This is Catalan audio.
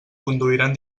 conduiran